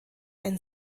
ein